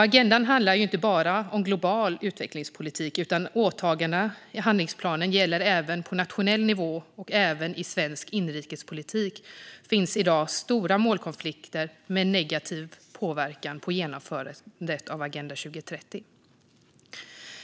Agendan handlar inte bara om global utvecklingspolitik, utan åtagandena i handlingsplanen gäller även på nationell nivå. I svensk inrikespolitik finns i dag stora målkonflikter med negativ påverkan på genomförandet av Agenda 2030.